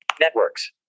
Networks